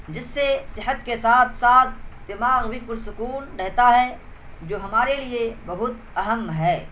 جس سے صحت کے ساتھ ساتھ دماغ بھی پرسکون رہتا ہے جو ہمارے لیے بہت اہم ہے